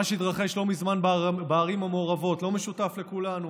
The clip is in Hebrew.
מה שהתרחש לא מזמן בערים המעורבות לא משותף לכולנו?